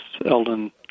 eldon